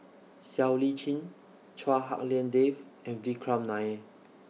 Siow Lee Chin Chua Hak Lien Dave and Vikram Nair